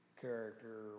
character